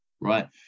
right